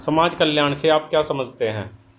समाज कल्याण से आप क्या समझते हैं?